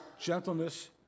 gentleness